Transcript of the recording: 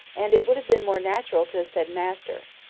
and it would have been more natural to have said master.